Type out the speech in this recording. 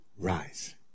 rise